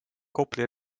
kopli